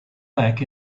back